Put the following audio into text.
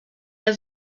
der